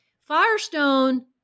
Firestone